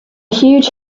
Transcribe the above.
huge